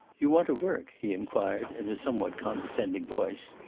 you want to work he inquired, in a somewhat condescending voice.